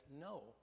no